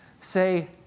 say